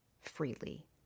freely